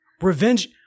Revenge